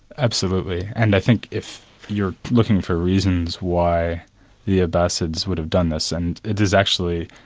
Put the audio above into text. absolutely. and i think if you're looking for reasons why the abbasids would have done this, and it is actually.